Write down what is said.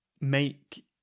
make